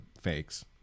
fakes